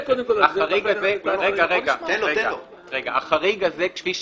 החריג הזה, כפי שהקראתי,